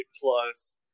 plus